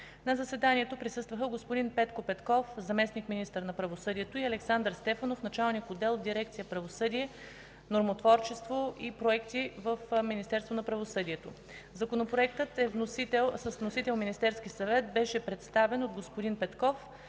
На заседанието присъстваха господин Петко Петков – заместник-министър на правосъдието, и Александър Стефанов – началник отдел в дирекция „Правосъдие, нормотворчество и проекти” в Министерството на правосъдието. Законопроектът с вносител Министерски съвет беше представен от господин Петков